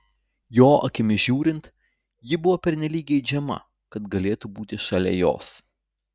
jo akimis žiūrint ji buvo pernelyg geidžiama kad galėtų būti šalia jos